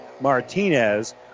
Martinez